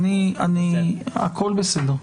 הכול בסדר.